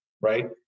right